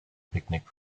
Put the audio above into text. picnic